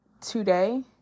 today